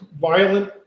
violent